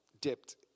dipped